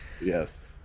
Yes